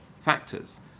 factors